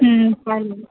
चालेल